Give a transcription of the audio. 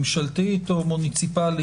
ממשלתית או מוניציפלית,